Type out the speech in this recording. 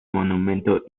monumento